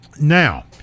Now